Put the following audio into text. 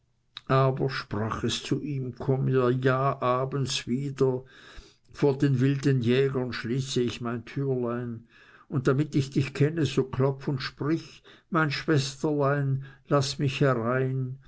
aber sprach es zu ihm komm mir ja abends wieder vor den wilden jägern schließ ich mein türlein und damit ich dich kenne so klopf und sprich mein schwesterlein laß mich herein